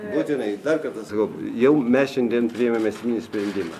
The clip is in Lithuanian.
būtinai dar kartą sakau jau mes šiandien priėmėm esminį sprendimą